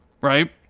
right